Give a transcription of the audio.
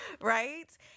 right